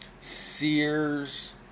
Sears